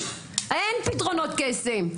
אין פתרונות קסם,